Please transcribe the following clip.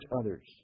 others